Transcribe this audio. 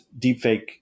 deepfake